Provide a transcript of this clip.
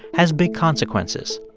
has big consequences.